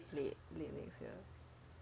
late late late next year